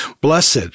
blessed